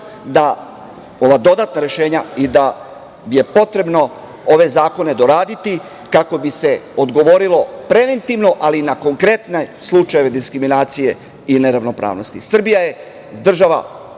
da ova dodatna rešenja i da je potrebno ove zakone doraditi, kako bi se odgovorilo preventivno, ali na konkretne slučajeve diskriminacije i neravnopravnosti. Srbija je država